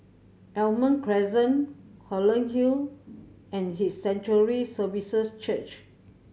Almond Crescent Holland Hill and His Sanctuary Services Church